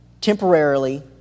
temporarily